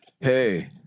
Hey